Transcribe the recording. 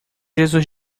jesus